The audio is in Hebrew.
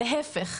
להפך,